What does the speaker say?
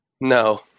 No